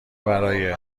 برای